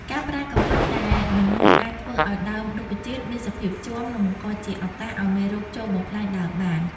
ការប្រើកាំបិតដែលមិនមុតអាចធ្វើឱ្យដើមរុក្ខជាតិមានសភាពជាំ និងបង្កជាឱកាសឱ្យមេរោគចូលបំផ្លាញដើមបាន។